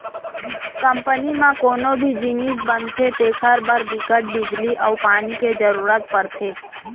company म कोनो भी जिनिस बनथे तेखर बर बिकट बिजली अउ पानी के जरूरत परथे